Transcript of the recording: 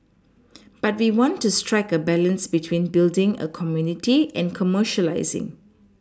but we want to strike a balance between building a community and commercialising